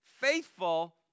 faithful